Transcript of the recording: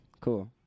Cool